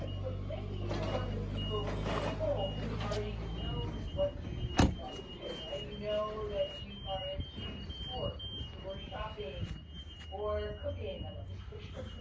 but maybe you're one of the people, when you did the poll, who already knows what you love to do, right? you know that you are into sports so or shopping or cooking. i love this picture.